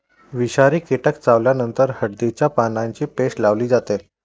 विषारी कीटक चावल्यावर हळदीच्या पानांची पेस्ट लावली जाते